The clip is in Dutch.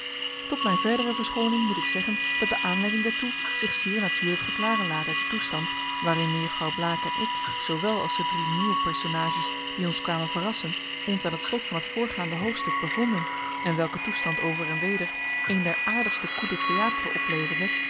tot mijn verdere verschooning moet ik zeggen dat de aanleiding daartoe zich zeer natuurlijk verklaren laat uit den toestand waarin mejuffrouw blaek en ik zoowel als de drie nieuwe personages die ons kwamen verrassen ons aan het slot van het voorgaande hoofdstuk bevonden en welke toestand over en weder een der aardigste